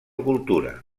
cultura